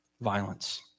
violence